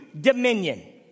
dominion